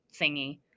thingy